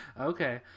Okay